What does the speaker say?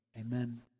Amen